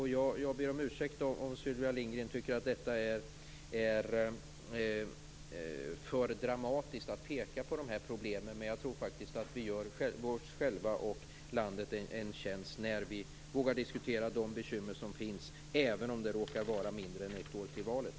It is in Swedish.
Jag ber om ursäkt, om Sylvia Lindgren tycker att det är för dramatiskt att peka på de här problemen. Men jag tror att vi gör oss själva och landet en tjänst om vi vågar diskutera de bekymmer som finns även om det råkar vara mindre än ett år till valet.